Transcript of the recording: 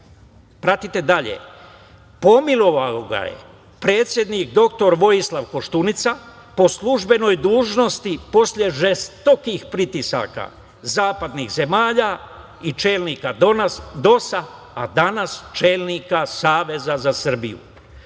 zemalja. Pratite dalje. Pomilovao ga je predsednik dr Vojislav Koštunica po službenoj dužnosti, posle žestokih pritisaka zapadnih zemalja i čelnika DOS-a, a danas čelnika Saveza za Srbiju.